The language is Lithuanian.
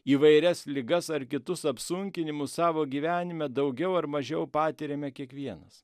įvairias ligas ar kitus apsunkinimus savo gyvenime daugiau ar mažiau patiriame kiekvienas